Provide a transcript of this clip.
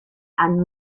and